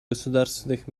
государственных